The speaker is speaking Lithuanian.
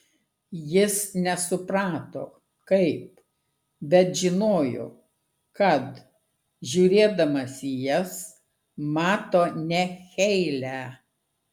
jis nesuprato kaip bet žinojo kad žiūrėdamas į jas mato ne heilę